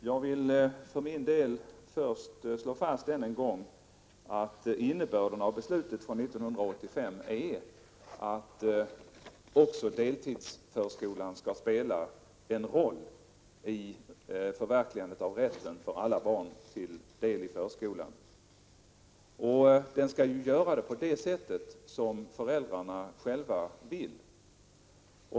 Prot. 1987/88:33 Herr talman! Jag vill för min del än en gång slå fast att innebörden av 27 november 1987 beslutet från 1985 är att också deltidsförskolan skall spela en roll vid — Jmossbuoommden förverkligandet av målet rätten för alla barn att delta i förskolan, och på det sätt som föräldrarna själva vill.